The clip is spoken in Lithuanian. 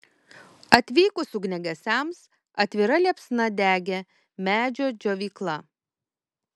atvykus ugniagesiams atvira liepsna degė medžio džiovykla